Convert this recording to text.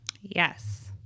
Yes